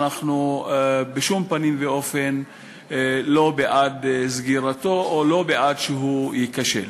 אנחנו בשום פנים ואופן לא בעד סגירתו או לא בעד שהוא ייכשל.